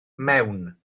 mewn